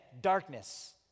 darkness